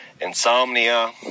insomnia